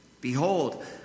Behold